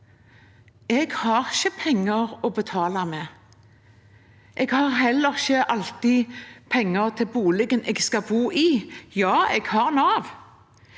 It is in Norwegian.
jeg har ikke penger å betale med. Jeg har heller ikke alltid penger til boligen jeg skal bo i. Ja, jeg har Nav.